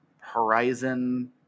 Horizon